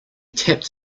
tapped